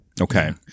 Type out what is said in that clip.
Okay